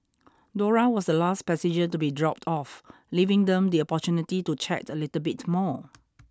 Dora was the last passenger to be dropped off leaving them the opportunity to chat a little bit more